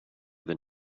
than